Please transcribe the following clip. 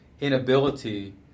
inability